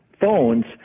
phones